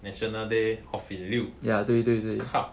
national day off in lieu kao